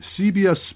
CBS